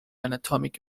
atomic